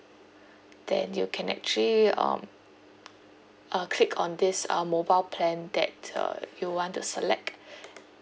then you can actually um uh click on this uh mobile plan that uh you want to select